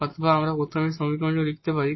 অথবা আমরা প্রথমে এই সমীকরণটি লিখতে পারি